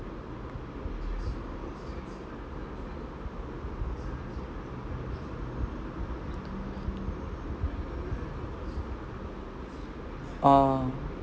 ah